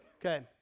Okay